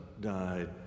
died